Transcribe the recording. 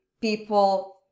people